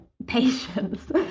Patience